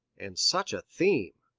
and such a theme!